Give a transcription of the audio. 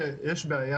כשחזרנו לפעילות,